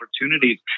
opportunities